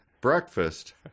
breakfast